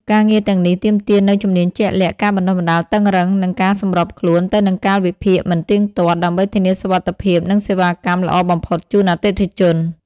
ការងារទាំងនេះទាមទារនូវជំនាញជាក់លាក់ ការបណ្តុះបណ្តាលតឹងរ៉ឹង និងការសម្របខ្លួនទៅនឹងកាលវិភាគមិនទៀងទាត់ ដើម្បីធានាសុវត្ថិភាពនិងសេវាកម្មល្អបំផុតជូនអតិថិជន។